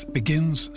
begins